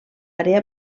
àrea